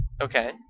Okay